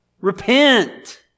Repent